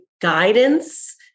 guidance